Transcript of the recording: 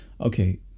Okay